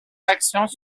actions